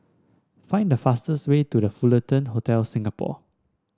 find the fastest way to The Fullerton Hotel Singapore